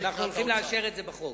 אנחנו הולכים לאשר את זה בחוק.